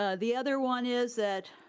ah the other one is that,